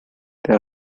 der